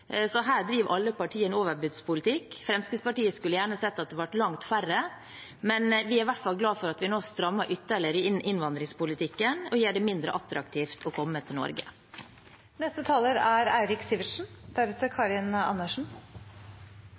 Her driver alle partiene overbudspolitikk. Fremskrittspartiet skulle gjerne sett at det ble langt færre, men vi er i hvert fall glad for at vi nå strammer ytterligere inn på innvandringspolitikken og gjør det mindre attraktivt å komme til Norge.